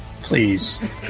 Please